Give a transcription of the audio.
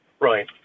Right